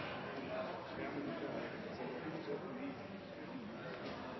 Jeg får